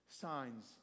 signs